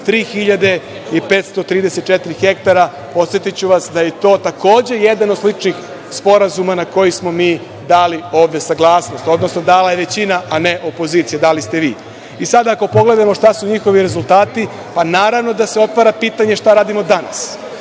3.534 hektara. Podsetiću vas, da i to takođe jedan od sličnih sporazuma na koji smo mi dali ovde saglasnost, odnosno dala je većina, a ne opozicija, dali ste vi. Sada ako pogledamo šta su njihovi rezultati, pa naravno da se otvara pitanje - šta radimo danas.